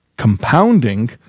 Compounding